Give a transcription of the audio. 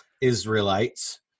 Israelites